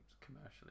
commercially